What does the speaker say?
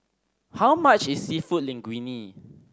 how much is Seafood Linguine